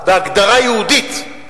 בהגדרה יהודית?